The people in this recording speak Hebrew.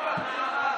תתמוך בה.